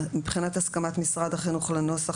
מבחינת הסכמת משרד החינוך לנוסח,